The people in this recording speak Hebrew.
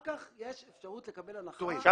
אין לכפרי הנוער כהגדרה בפטורים בארנונה,